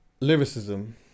Lyricism